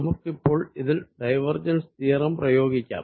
നമുക്കിപ്പോൾ ഇതിൽ divergence theorem പ്രയോഗിക്കാം